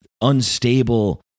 unstable